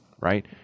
right